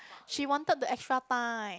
she wanted the extra time